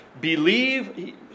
believe